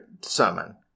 summon